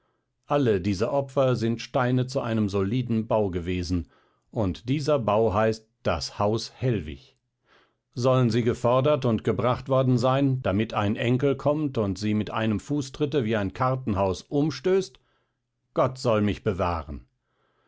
alle diese opfer sind steine zu einem soliden bau gewesen und dieser bau heißt das haus hellwig sollen sie gefordert und gebracht worden sein damit ein enkel kommt und sie mit einem fußtritte wie ein kartenhaus umstößt gott soll mich bewahren